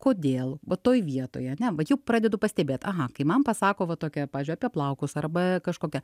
kodėl va toj vietoj ane vat jau pradedu pastebėt aha kai man pasako va tokia pavyzdžiui apie plaukus arba kažkokią